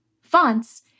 fonts